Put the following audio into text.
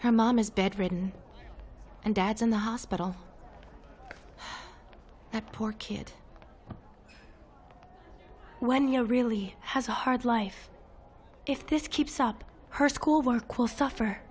her mom is bedridden and dad's in the hospital that poor kid when you're really has a hard life if this keeps up her school work or suffer